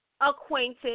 acquainted